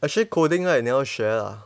actually coding right 你要学啊